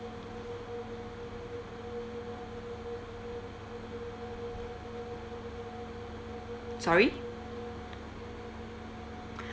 sorry